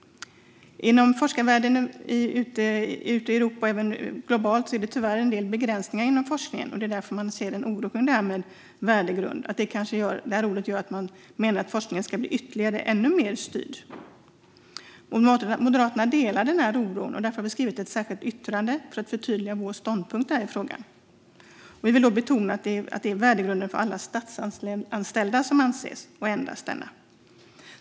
Inom forskarvärlden ute i Europa och även globalt är det tyvärr en del begränsningar inom forskningen, och det är därför som man ser med oro på det här med värdegrund. Man menar att det innebär att forskningen ska bli ännu mer styrd. Moderaterna delar den oron, och därför har vi skrivit ett särskilt yttrande för att förtydliga vår ståndpunkt i frågan. Vi vill då betona att det är värdegrunden för alla statsanställda som avses och endast denna.